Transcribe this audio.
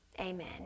Amen